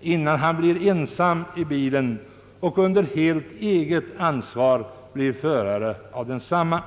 förrän han blir ensam i bilen och helt under eget ansvar blir förare av densamma.